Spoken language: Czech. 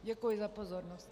Děkuji za pozornost.